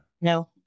no